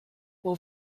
will